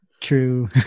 True